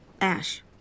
Ash